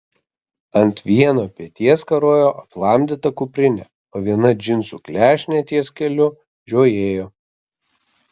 ant vieno peties karojo aplamdyta kuprinė o viena džinsų klešnė ties keliu žiojėjo